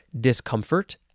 discomfort